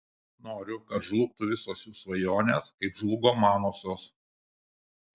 noriu kad žlugtų visos jų svajonės kaip žlugo manosios